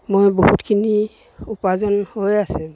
মই বহুতখিনি উপাৰ্জন হৈ আছে